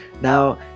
Now